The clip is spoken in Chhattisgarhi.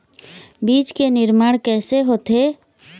बीज के निर्माण कैसे होथे?